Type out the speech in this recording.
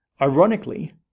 ironically